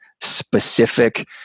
specific